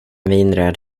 vinröd